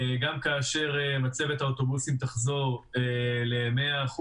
גם כאשר מצבת האוטובוסים תחזור ל-100%,